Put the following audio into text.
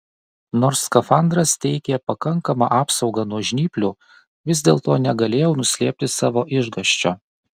nors skafandras teikė pakankamą apsaugą nuo žnyplių vis dėlto negalėjau nuslėpti savo išgąsčio